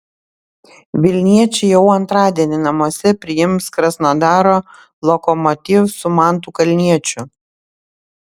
vilniečiai jau antradienį namuose priims krasnodaro lokomotiv su mantu kalniečiu